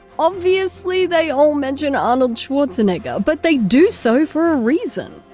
obviously they all mention arnold schwarzenegger, but they do so for a reason.